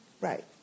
Right